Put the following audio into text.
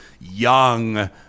young